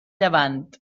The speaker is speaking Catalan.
llevant